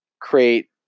create